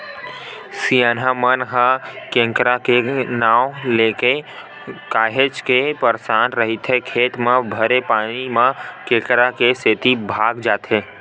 किसनहा मन ह केंकरा के नांव लेके काहेच के परसान रहिथे खेत म भरे पानी ह केंकरा के सेती भगा जाथे